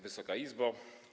Wysoka Izbo!